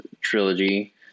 trilogy